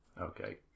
Okay